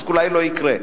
אז אולי לא יקרה.